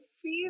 feel